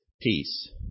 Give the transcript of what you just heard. Peace